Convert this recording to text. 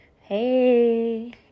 hey